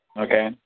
Okay